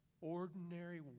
ordinary